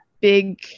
big